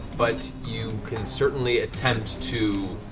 but you can certainly attempt to,